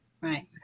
Right